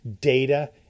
data